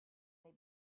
they